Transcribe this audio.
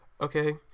okay